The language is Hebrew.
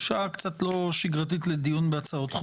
שעה קצת לא שגרתית לדיון בהצעות חוק